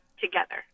together